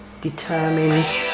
determines